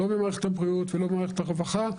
לא במערכת הבריאות ולא במערכת הרווחה,